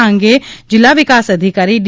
આ અંગે જિલ્લા વિકાસ અધિકારી ડી